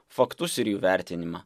faktus ir jų vertinimą